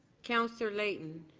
councillor layton.